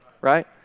right